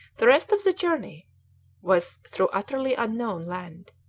the rest of the journey was through utterly unknown land.